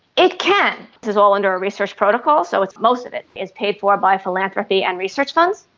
it can. this is all under a research protocol, so most of it is paid for by philanthropy and research funds.